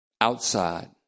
outside